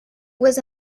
was